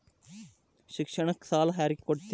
ಶಿಕ್ಷಣಕ್ಕ ಸಾಲ ಯಾರಿಗೆ ಕೊಡ್ತೇರಿ?